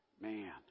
Man